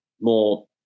more